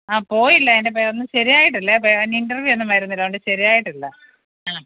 ആ പോയില്ല അതിൻ്റെ ഒന്നും ശരിയായിട്ടില്ലേ ഇനി ഇൻറ്റർവ്യൂ ഒന്നും വരുന്നില്ല അതോണ്ട് ശരിയായിട്ടില്ല ആ